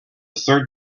third